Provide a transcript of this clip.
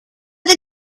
the